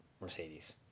Mercedes